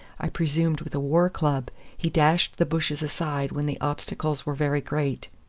i presumed with a war-club, he dashed the bushes aside when the obstacles were very great.